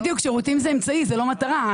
בדיוק, שירותים זה אמצעי, זאת לא מטרה.